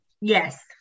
Yes